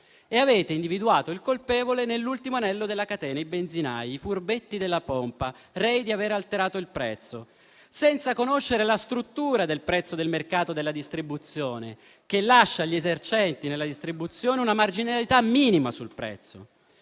e avete individuato il colpevole nell'ultimo anello della catena: i benzinai, i furbetti della pompa, rei di avere alterato il prezzo, senza conoscere la struttura del prezzo del mercato della distribuzione, che lascia agli esercenti della distribuzione una marginalità minima sul prezzo.